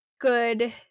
good